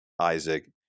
isaac